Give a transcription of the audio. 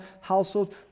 household